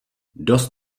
dost